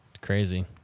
crazy